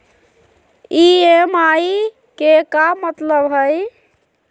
EMI के का मतलब हई?